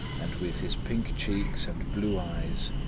and with his pink cheeks and blue eyes,